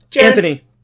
Anthony